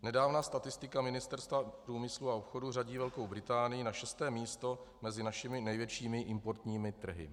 Nedávná statistika Ministerstva průmyslu a obchodu řadí Velkou Británii na šesté místo mezi našimi největšími importními trhy.